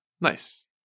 nice